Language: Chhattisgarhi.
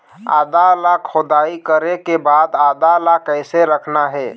आदा ला खोदाई करे के बाद आदा ला कैसे रखना हे?